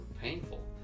painful